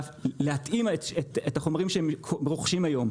להתאים את החומרים שהם רוכשים היום,